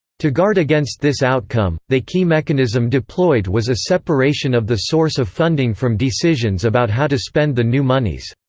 to guard against this outcome, they key mechanism deployed was a separation of the source of funding from decisions about how to spend the new monies